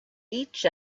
each